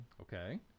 Okay